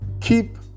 Keep